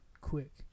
quick